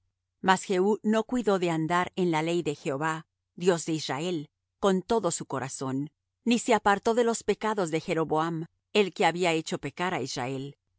jehú no cuidó de andar en la ley de jehová dios de israel con todo su corazón ni se apartó de los pecados de jeroboam el que había hecho pecar á israel